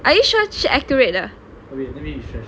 oh wait let me refresh